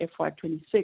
FY26